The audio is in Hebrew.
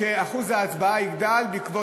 בעיקר